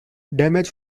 damage